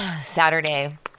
saturday